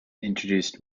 introduced